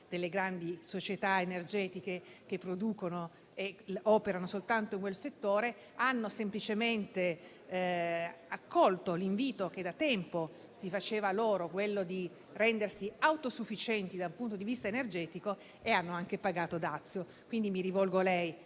di grandi società energetiche che producono e operano soltanto in quel settore, ma hanno semplicemente accolto l'invito che da tempo si faceva loro di rendersi autosufficienti dal punto di vista energetico e hanno anche pagato dazio. Mi rivolgo quindi